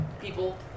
people